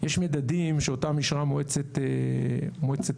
יש מדדים שאותם אישרה מועצת הנפט.